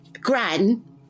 gran